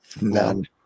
None